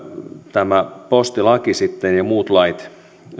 tämä postilaki ja muut lait